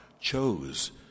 chose